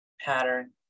pattern